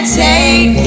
take